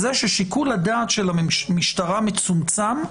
הוא זה ששיקול הדעת של המשטרה מצומצם,